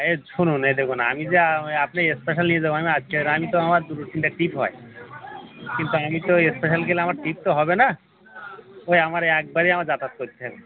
এ শুনুন এ দেখুন আমি যা মানে আপনি স্পেশাল নিয়ে যাব আমি আজকের আমি তো আমার দুটো তিনটা ট্রিপ হয় কিন্তু আমি তো স্পেশাল গেলে আমার ট্রিপ তো হবে না ওই আমার একবারই আমার যাতায়াত করতে হবে